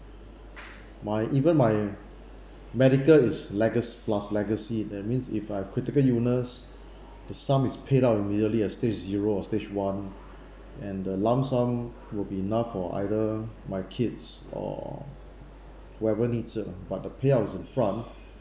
my even my medical is legac~ plus legacy that means if I've critical illness the sum is paid out immediately at stage zero or stage one and the lump sum will be enough for either my kids or whoever needs it ah but the payout is in front